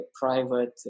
private